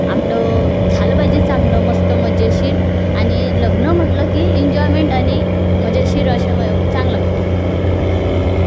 आपलं झालं पाहिजे चांगलं मस्त मज्जेशीर आणि लग्न म्हटलं की इंजॉयमेंट आणि मजेशीर असे चांगलं वाटते